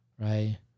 right